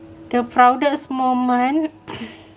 the proudest moment